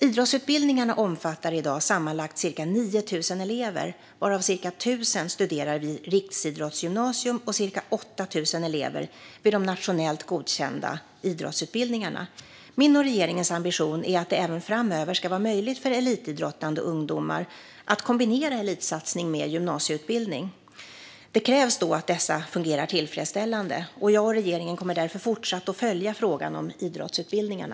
Idrottsutbildningarna omfattar i dag sammanlagt cirka 9 000 elever, varav cirka 1 000 studerar vid riksidrottsgymnasium och cirka 8 000 elever vid de nationellt godkända idrottsutbildningarna. Min och regeringens ambition är att det även framöver ska vara möjligt för elitidrottande ungdomar att kombinera elitsatsning med gymnasieutbildning. Det krävs då att dessa fungerar tillfredställande. Jag och regeringen kommer därför att fortsätta att följa frågan om idrottsutbildningarna.